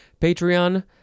Patreon